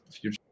future